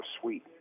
sweet